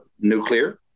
Nuclear